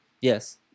yes